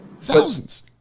thousands